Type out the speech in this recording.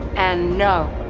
and no.